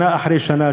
שנה אחרי שנה,